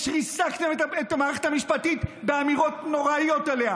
ריסקתם את המערכת המשפטית באמירות נוראיות עליה.